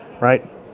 Right